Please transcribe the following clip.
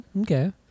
okay